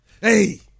hey